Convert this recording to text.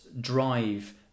drive